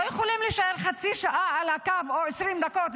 לא יכולים להישאר חצי שעה על הקו או 20 דקות,